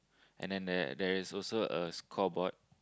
and then there there is also a scoreboard